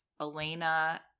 Elena